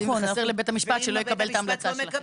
נכון --- הם ממליצים וחסר לבית המשפט שלא יקבל את ההמלצה שלהם.